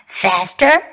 faster